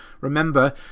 Remember